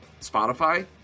Spotify